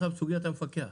בכלל בסוגיית המפקח.